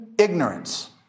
ignorance